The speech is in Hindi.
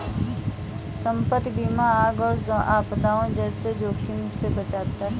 संपत्ति बीमा आग और आपदाओं जैसे जोखिमों से बचाता है